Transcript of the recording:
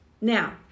Now